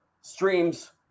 streams